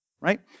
right